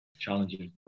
challenging